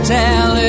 tell